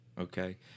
okay